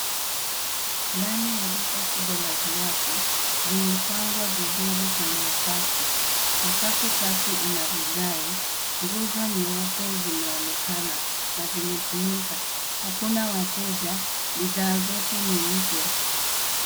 Ndani ya duka kubwa la viatu, vimepangwa vizuri kwenye safu. Sakafu safi ina vigae. Nguzo nyeupe zimeonekana na zimetumika. Hakuna wateja. Bidhaa zote ni mpya.